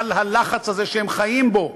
מהיכל הלחץ הזה שהם חיים בו,